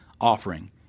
offering